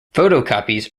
photocopies